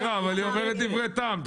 נירה, אבל היא אומרת דברי טעם.